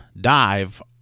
dive